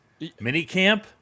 Minicamp